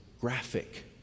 graphic